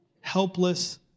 helpless